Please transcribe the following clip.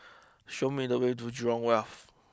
show me the way to Jurong Wharf